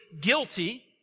guilty